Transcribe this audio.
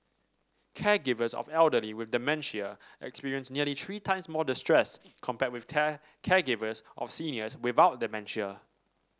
caregivers of elderly with dementia experienced nearly three times more distress compared with caregivers of seniors without dementia